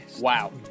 Wow